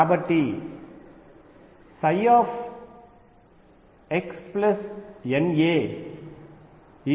కాబట్టి xNaψ